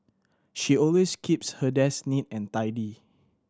she always keeps her desk neat and tidy